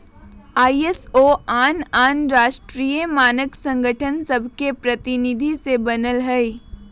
ISO आन आन राष्ट्रीय मानक संगठन सभके प्रतिनिधि से बनल हइ